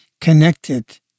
connected